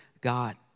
God